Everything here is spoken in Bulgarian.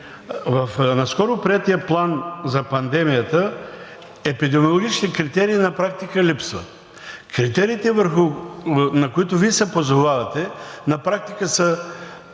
наскоро приетия план за пандемията епидемиологични критерии на практика липсват. Критериите, на които Вие се позовавате, на практика са